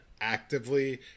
actively